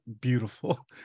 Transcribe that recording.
beautiful